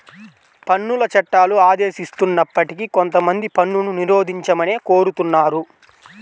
పన్నుల చట్టాలు ఆదేశిస్తున్నప్పటికీ కొంతమంది పన్నును నిరోధించమనే కోరుతున్నారు